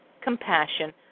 compassion